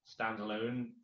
standalone